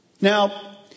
Now